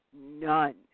none